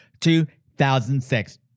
2006